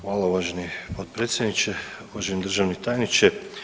Hvala uvaženi potpredsjedniče, uvaženi državni tajniče.